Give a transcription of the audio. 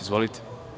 Izvolite.